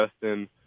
Justin